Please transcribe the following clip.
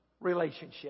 relationship